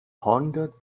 pondered